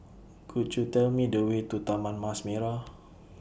Could YOU Tell Me The Way to Taman Mas Merah